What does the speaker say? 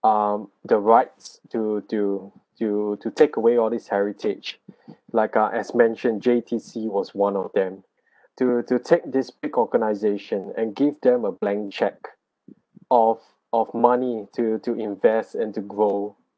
um the rights to to to to take away all these heritage like ah as mentioned J_T_C was one of them to to take this big organization and give them a blank cheque of of money to to invest and to grow